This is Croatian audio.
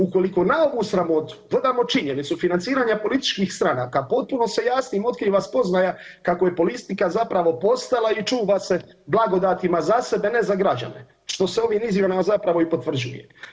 Ukoliko na ovu sramotu dodamo činjenicu financiranja političkih stranaka potpuno se jasnim otkriva spoznaja kako je politika zapravo postala i čuva se blagodatima za sebe ne za građane, što se ovim izmjenama zapravo i potvrđuje.